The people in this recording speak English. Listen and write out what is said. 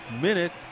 minute